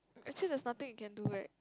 actually there's nothing you can do right